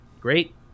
great